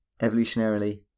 evolutionarily